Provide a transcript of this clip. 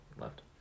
Left